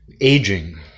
aging